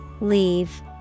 leave